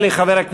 חברים,